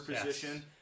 position